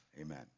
Amen